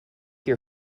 your